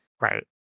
Right